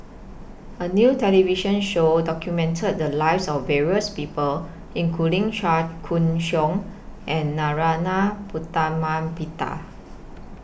A New television Show documented The Lives of various People including Chua Koon Siong and Narana Putumaippittan